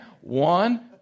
One